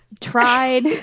tried